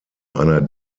einer